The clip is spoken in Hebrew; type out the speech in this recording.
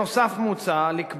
נוסף על כך מוצע לקבוע